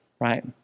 right